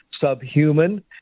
subhuman